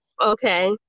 Okay